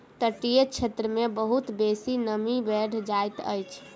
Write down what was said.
तटीय क्षेत्र मे बहुत बेसी नमी बैढ़ जाइत अछि